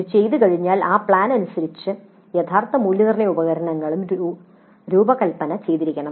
അത് ചെയ്തുകഴിഞ്ഞാൽ ആ പ്ലാൻ അനുസരിച്ച് യഥാർത്ഥ മൂല്യനിർണ്ണയ ഉപകരണങ്ങളും രൂപകൽപ്പന ചെയ്തിരിക്കണം